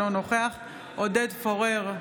אינו נוכח עודד פורר,